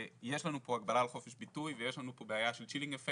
יש לנו פה הגבלה על חופש ביטוי ויש לנו פה בעיה של אפקט